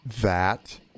that